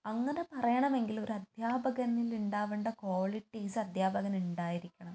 അങ്ങനെ പറയണമെങ്കിൽ ഒരു അദ്ധ്യാപകനിൽ ഉണ്ടാകേണ്ട ഒരു ക്വാളിറ്റീസ് അധ്യാപകനുണ്ടായിരിക്കണം